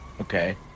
Okay